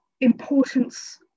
importance